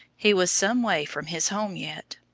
he was some way from his home yet.